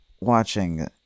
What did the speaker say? watching